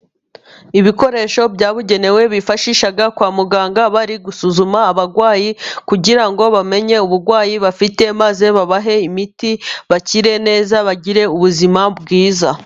Ibikoresho byabugenewe bifashisha kwa muganga, bari gusuzuma abarwayi, kugira ngo bamenye uburwayi bafite, maze babahe imiti bakire neza, bagire ubuzima bwiza.